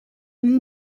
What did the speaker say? you